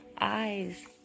eyes